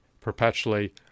perpetually